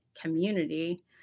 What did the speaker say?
community